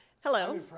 Hello